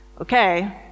okay